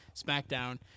SmackDown